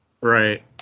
Right